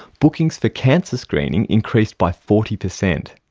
bookings for cancer screening increased by forty percent.